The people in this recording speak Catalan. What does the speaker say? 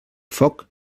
foc